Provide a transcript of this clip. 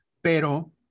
Pero